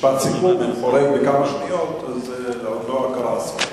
משפט סיכום, אם חורג בכמה שניות, עוד לא קרה אסון.